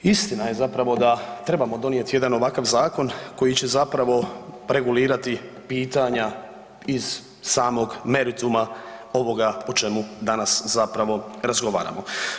Istina je zapravo da trebamo donijet jedan ovakav zakon koji će zapravo regulirati pitanja iz samog merituma ovoga o čemu danas zapravo razgovaramo.